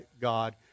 God